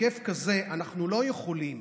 בהיקף כזה אנחנו לא יכולים